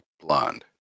Blonde